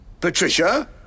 Patricia